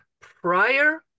prior